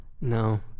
No